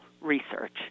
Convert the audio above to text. research